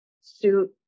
suit